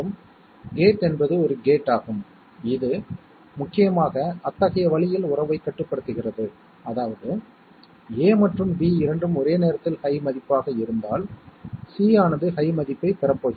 மற்றும் மற்றவை 0 க்களை வழங்கப் போகிறது எனவே அந்த வழக்கில் சம் 1 ஆக இருக்கும் எனவே இந்த 8 வழக்குகளில் ஏதேனும் ஒன்றில் இந்த சர்க்யூட் ஆனது சம் இன் மதிப்பைக் குறிக்கும்